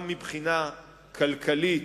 גם מבחינה כלכלית,